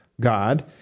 God